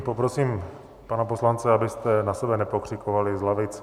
Poprosím pana poslance, abyste na sebe nepokřikovali z lavic.